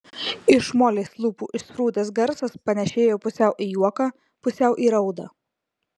iš molės lūpų išsprūdęs garsas panėšėjo pusiau į juoką pusiau į raudą